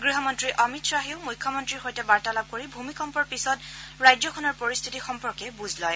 গৃহমন্ত্ৰী অমিত খাহেও মুখ্যমন্ত্ৰীৰ সৈতে বাৰ্তালাপ কৰি ভূমিকম্পৰ পিছত ৰাজ্যখনৰ পৰিস্থিতি সম্পৰ্কে বুজ লয়